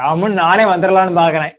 கம்முன்னு நானே வந்துடலான்னு பார்க்குறேன்